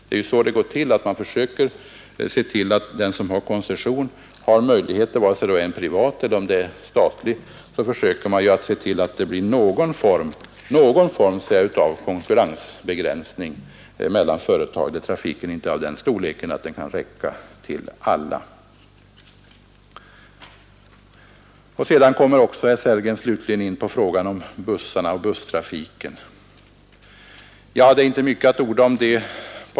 Det är ju så det går till; vare sig det är ett privat eller ett statligt företag som har koncession försöker man se till att det blir någon form av konkurrensbegränsning där trafiken är av den storleksordningen att den inte kan räcka till för alla trafikföretag. Slutligen kommer herr Sellgren in på frågan om bussarna och busstrafiken. Det är inte mycket att orda om det.